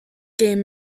game